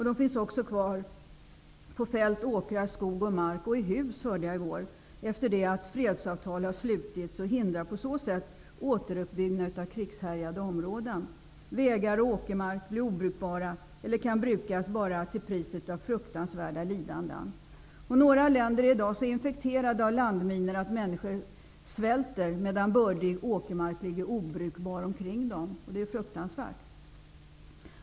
De finns även kvar på fält, åkrar, i skog och mark, och i hus hörde jag i går, efter det att fredsavtal har slutits och hindrar på så sätt återuppbyggnad av krigshärjade områden. Vägar och åkermark blir obrukbara, eller kan brukas bara till priset av fruktansvärda lidanden. Några länder är i dag så infekterade av landminor att människor svälter, medan bördig åkermark ligger obrukbar omkring dem. Det är fruktansvärt.